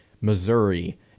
Missouri